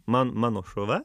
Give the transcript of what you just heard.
man mano šuva